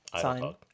sign